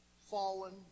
fallen